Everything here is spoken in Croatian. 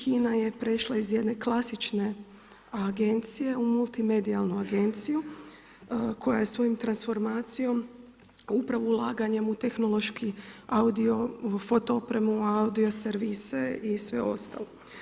HINA je prešla je iz jedne klasične agencije u multimedijalnu agenciju koja je svojom transformacijom, upravo ulaganjem u tehnološki audio-foto opremu, audio servise i sve ostalo.